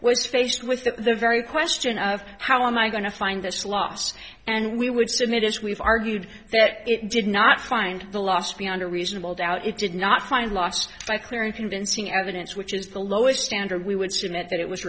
was faced with the very question of how am i going to find this lost and we would submit is we've argued that it did not find the last beyond a reasonable doubt it did not find lost by clear and convincing evidence which is the lowest standard we would see in it that it was